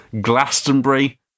Glastonbury